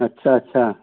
अच्छा अच्छा